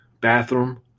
bathroom